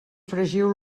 fregiu